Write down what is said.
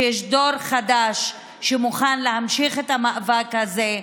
שיש דור חדש שמוכן להמשיך את המאבק הזה.